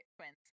twins